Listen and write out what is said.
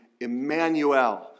Emmanuel